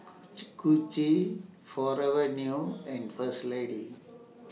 Gucci Forever New and First Lady